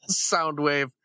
Soundwave